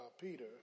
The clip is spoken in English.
Peter